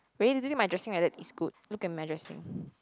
really do you think my dressing like that is good look at my dressing